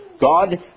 God